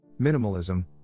minimalism